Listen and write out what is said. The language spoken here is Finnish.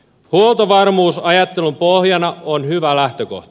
huoltovarmuus ajattelun pohjana on hyvä lähtökohta